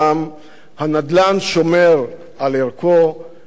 הנדל"ן שומר על ערכו, הבלימה,